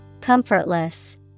Comfortless